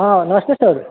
हँ नमस्ते सर